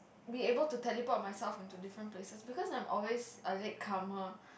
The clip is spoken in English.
be able to teleport myself into different places because I'm always a latecomer